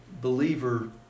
believer